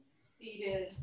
seated